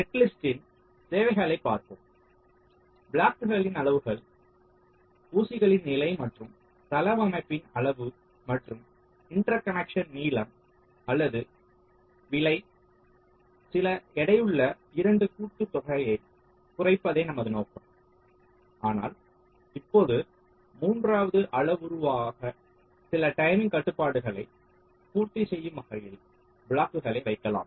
நெட்லிஸ்டின் தேவைகளைப் பார்த்தோம் ப்ளாக்குகளின் அளவுகள் ஊசிகளின் நிலை மற்றும் தளவமைப்பின் அளவு மற்றும் இன்டர்கனக்க்ஷன் நீளம் அல்லது விலை சில எடையுள்ள இரண்டு கூட்டுதொகையை குறைப்பதே நமது நோக்கம் ஆனால் இப்போது மூன்றாவது அளவுருவமாக சில டைமிங் கட்டுப்பாடுகளை பூர்த்தி செய்யும் வகையில் ப்ளாக்குகளை வைக்கலாம்